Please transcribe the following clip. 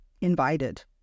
invited